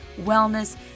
wellness